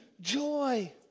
joy